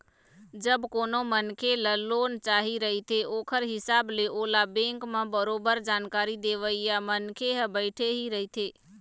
जब कोनो मनखे ल लोन चाही रहिथे ओखर हिसाब ले ओला बेंक म बरोबर जानकारी देवइया मनखे ह बइठे ही रहिथे